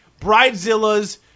Bridezilla's